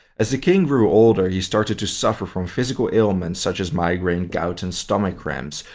as the king grew older, he started to suffer from physical ailments such as migraine, gout and stomach cramps,